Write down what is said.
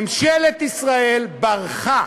ממשלת ישראל ברחה.